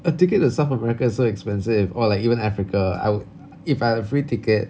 a ticket to south america is so expensive or like even africa I wo~ if I had a free ticket